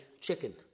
chicken